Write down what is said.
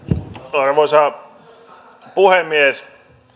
arvoisa puhemies